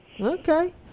Okay